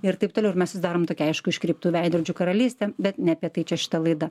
ir taip toliau ir mes sudarom tokią aišku iškreiptų veidrodžių karalystę bet ne apie tai čia šita laida